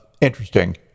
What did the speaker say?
interesting